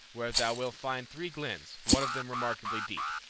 where thou wilt find three glens, one of them remarkably deep.